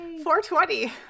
420